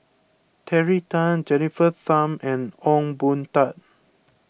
Terry Tan Jennifer Tham and Ong Boon Tat